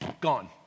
Gone